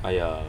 !aiya!